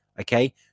Okay